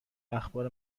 اخبار